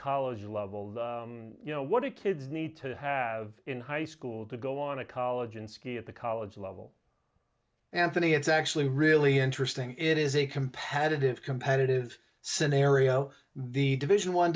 college level you know what it kids need to have in high school to go on to college and ski at the college level anthony it's actually really interesting it is a competitive competitive scenario the division one